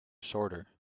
shorter